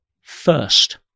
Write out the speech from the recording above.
first